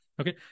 Okay